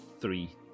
three